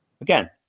Again